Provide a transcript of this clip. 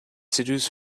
seduce